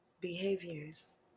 behaviors